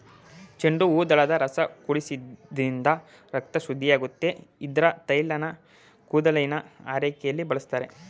ಚೆಂಡುಹೂದಳದ ರಸ ಕುಡಿಸೋದ್ರಿಂದ ರಕ್ತ ಶುದ್ಧಿಯಾಗುತ್ತೆ ಇದ್ರ ತೈಲನ ಕೂದಲಿನ ಆರೈಕೆಗೆ ಬಳಸ್ತಾರೆ